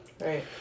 Right